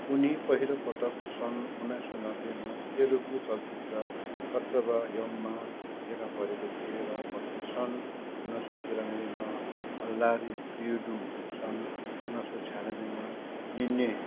उनी पहिलोपटक सन् उन्नाइस सय नब्बेमा तेलगु चलचित्र कर्तबा यममा देखापरेको थिए र पछि सन् उन्नाइस सय तिरानब्बेमा अल्लारे प्रियुडु सन् उन्नाइस सय छ्यानब्बेमा निने